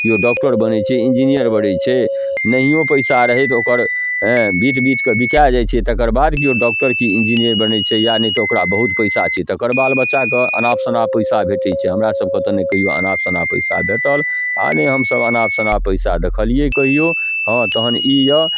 केओ डॉक्टर बनै छै इन्जीनियर बड़ै छै नहिओ पइसा रहै तऽ ओकर हेँ बित बितके बिका जाइ छै तकर बाद केओ डॉक्टर कि इन्जीनियर बनै छै या नहि तऽ ओकरा बहुत पइसा छै तकर बाल बच्चाके अनापशनाप पइसा भेटै छै हमरासभके तऽ नहि कहिओ अनापशनाप पइसा भेटल आओर नहि हमसभ अनापशनाप पइसा देखलिए कहिओ हँ तहन ई अइ